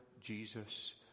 Jesus